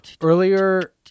earlier